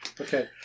Okay